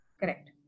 Correct